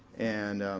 and